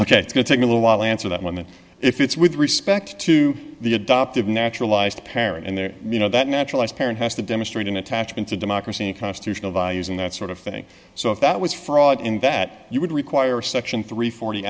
to take a little while answer that one if it's with respect to the adoptive naturalized parent and their you know that naturalized parent has to demonstrate an attachment to democracy a constitutional values and that sort of thing so if that was fraud and that you would require section three